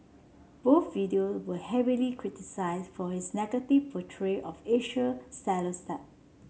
both video were heavily criticised for his negative portrayal of Asian stereotype